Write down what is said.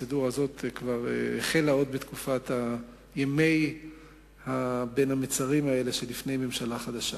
הפרוצדורה הזאת כבר החלה עוד בימי בין המצרים האלה שלפני ממשלה חדשה.